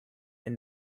and